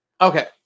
Okay